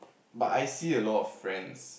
but I see a lot of friends